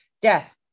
death